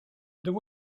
there